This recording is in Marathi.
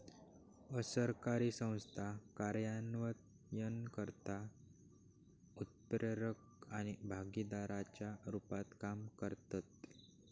असरकारी संस्था कार्यान्वयनकर्ता, उत्प्रेरक आणि भागीदाराच्या रुपात काम करतत